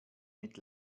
mit